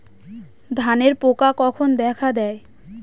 ধানের পোকা কখন দেখা দেয়?